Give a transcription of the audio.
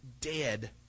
dead